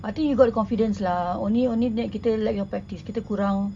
I think you got the confidence lah only only kita lack of practice kita kurang